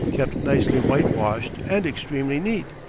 kept nicely whitewashed, and extremely neat,